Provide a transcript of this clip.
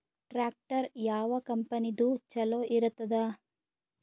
Tractor ಯಾವ ಕಂಪನಿದು ಚಲೋ ಇರತದ?